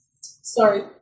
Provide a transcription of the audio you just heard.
sorry